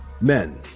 Men